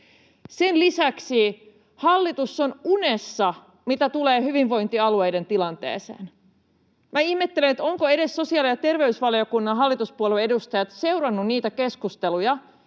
Sen lisäksi hallitus on unessa, mitä tulee hyvinvointialueiden tilanteeseen. Minä ihmettelen, ovatko edes sosiaali- ja terveysvaliokunnan hallituspuolueiden edustajat seuranneet niitä keskusteluja